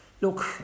look